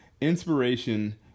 inspiration